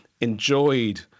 enjoyed